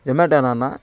జొమాటోనా అన్నా